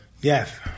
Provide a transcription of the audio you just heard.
Yes